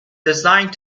designed